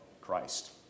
Christ